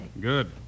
Good